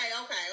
okay